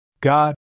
God